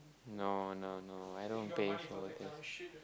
no no no I don't pay for this